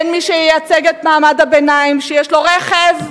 אין מי שייצג את מעמד הביניים שיש לו רכב,